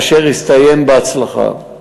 אשר הסתיים בהצלחה.